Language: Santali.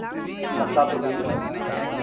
ᱵᱟᱯᱞᱟ ᱫᱚ ᱦᱩᱭᱩᱜᱼᱟ